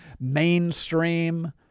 mainstream